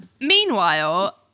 Meanwhile